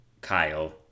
Kyle